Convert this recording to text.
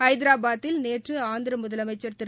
ஹைதராபாத்தில் நேற்று ஆந்திர முதலமைச்சர் திரு